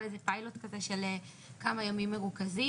איזה פיילוט כזה של כמה ימים מרוכזים.